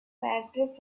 patrick